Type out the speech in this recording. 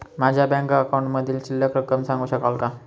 माझ्या बँक अकाउंटमधील शिल्लक रक्कम सांगू शकाल का?